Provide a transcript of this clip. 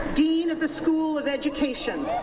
dean of the school of education